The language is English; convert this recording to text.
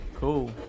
Cool